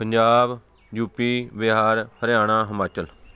Punjab UP Bihar Haryana Himachal